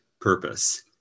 purpose